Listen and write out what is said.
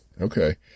Okay